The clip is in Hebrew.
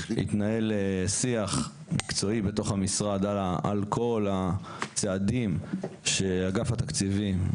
התנהל שיח מקצועי בתוך המשרד על כל הצעדים שאגף התקציבים,